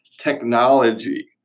technology